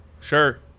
Sure